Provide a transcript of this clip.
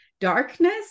darkness